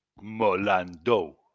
Molando